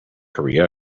korea